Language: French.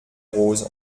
rose